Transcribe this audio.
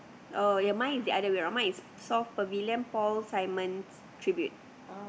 oh ya mine is the other way round mine is soft Pavilion Paul Simon's tribute